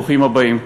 ברוכים הבאים.